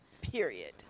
Period